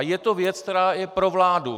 Je to věc, která je pro vládu.